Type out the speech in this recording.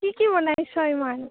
কি কি বনাইছ ইমান